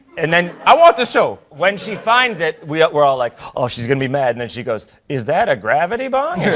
and i want this show. when she finds it, we're we're all like, oh, she's going to be mad. and then she goes, is that a gravity bong?